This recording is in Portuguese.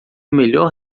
melhor